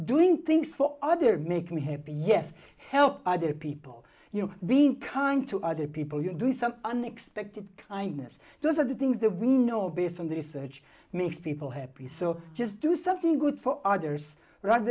doing things for other makes me happy yes help other people you know being kind to other people you do some unexpected kindness those are the things that we know based on the research makes people happy so just do something good for others rather